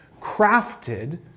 crafted